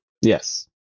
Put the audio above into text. Yes